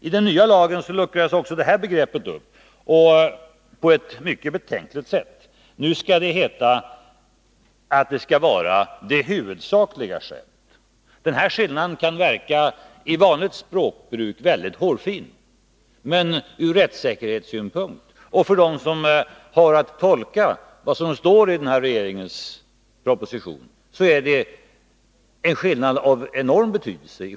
I den nya lagen luckras också det här begreppet upp på ett mycket betänkligt sätt. Nu skall det heta att det skall vara det huvudsakliga skälet. Den här skillnaden kan i vanligt språkbruk verka väldigt hårfin, men ur rättssäkerhetssynpunkt och för dem som har att tolka vad som står i propositionen är det i själva verket en skillnad av enorm betydelse.